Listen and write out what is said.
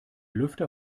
lüfter